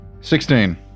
Sixteen